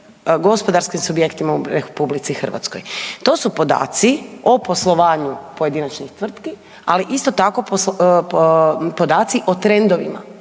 gospodarskim subjektima u RH. To su podaci o poslovanju pojedinačnih tvrtki, ali isto tako podaci o trendovima,